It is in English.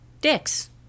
dicks